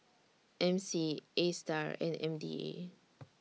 M C ASTAR and M D A